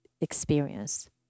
experience